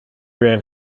ran